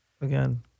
again